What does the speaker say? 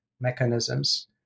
mechanisms